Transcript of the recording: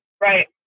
right